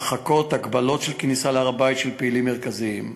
הרחקות והגבלות של כניסת פעילים מרכזיים להר-הבית.